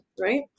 right